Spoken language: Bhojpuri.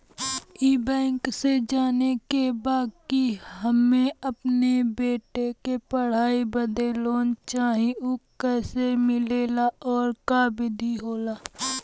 ई बैंक से जाने के बा की हमे अपने बेटा के पढ़ाई बदे लोन चाही ऊ कैसे मिलेला और का विधि होला?